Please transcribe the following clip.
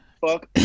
Fuck